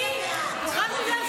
מה --- נצביע בעד.